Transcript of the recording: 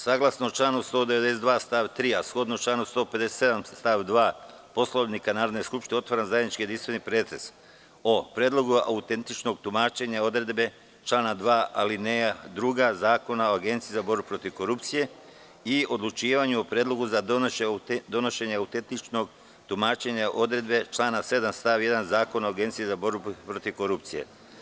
Saglasno članu 192. stav 3, a shodno članu 157. stav 2. Poslovnika Narodne skupštine, otvaram zajednički jedinstveni pretres o: Predlogu autentičnog tumačenja odredbe člana 2. alineja 2) Zakona o Agenciji za borbu protiv korupcije i Odlučivanju o predlogu za donošenje autentičnog tumačenja odredbe člana 7. stav 1. Zakona o Agenciji za borbu protiv korupcije.